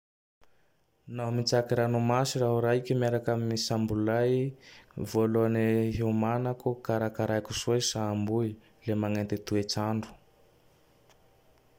Nao mitsako ranomasy raho raike miaraky amy Sambo lay. Voaloany iomanako, karakarako soa Sambo y,le magnety toets'andro